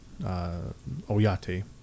Oyate